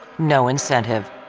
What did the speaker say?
no incentive.